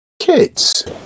kids